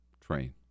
train